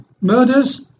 murders